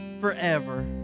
forever